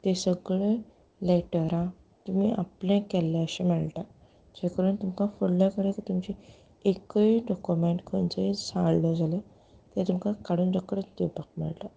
ते सगळें लेटरां तुमी आपलें केल्लें अशें मेळटा जे करून तुमकां फुडल्या कडेन तुमची एक्कूय डॉक्युमेंट खंयचोय साणलो जाल्यार तें तुमकां काडून रोकडेंच दिवपाक मेळटा